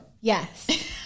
Yes